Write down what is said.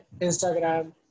Instagram